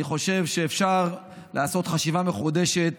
אני חושב שאפשר לעשות חשיבה מחודשת